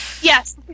yes